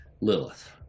Lilith